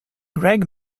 greg